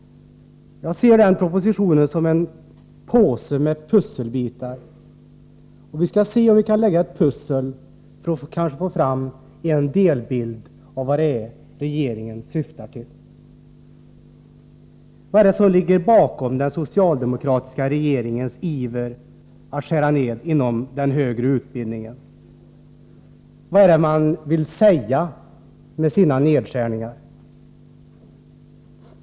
Jag ser den propositionen som en påse med pusselbitar. Vi skall se om vi kan lägga ett pussel för att kanske få fram en delbild av vad regeringen syftar till. Vad är det som ligger bakom den socialdemokratiska regeringens iver att skära ned inom den högre utbildningen? Vad är det regeringen vill säga med sina nedskärningar?